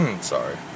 sorry